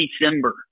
December